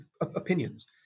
opinions